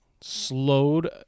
slowed